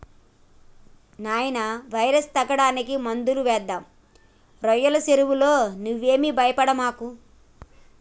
నాయినా వైరస్ తగ్గడానికి మందులు వేద్దాం రోయ్యల సెరువులో నువ్వేమీ భయపడమాకు